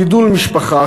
גידול משפחה,